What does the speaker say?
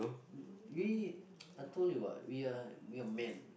me I told you what we are we are men